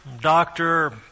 doctor